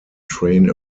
train